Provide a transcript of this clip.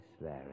Larry